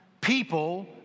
people